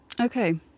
Okay